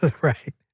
right